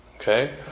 Okay